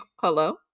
hello